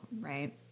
right